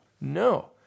No